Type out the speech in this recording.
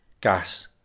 Gas